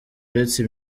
uretse